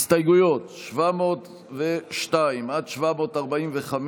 הסתייגויות 702 745,